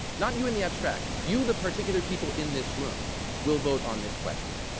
not you in the abstract, you, the particular people in this room will vote on this question.